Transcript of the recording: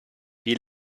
wie